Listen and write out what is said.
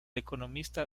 economista